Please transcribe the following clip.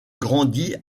grandit